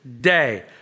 day